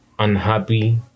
unhappy